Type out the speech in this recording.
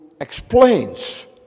explains